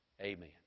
Amen